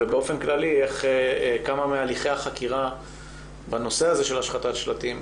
ובאופן כללי כמה מהליכי החקירה בנושא הזה של השחתת השלטים,